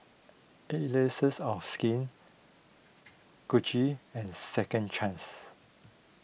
Allies of Skin Gucci and Second Chance